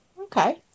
Okay